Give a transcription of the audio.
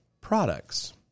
products